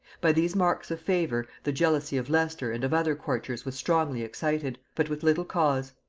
by these marks of favor the jealousy of leicester and of other courtiers was strongly excited but with little cause.